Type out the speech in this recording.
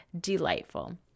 delightful